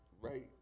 right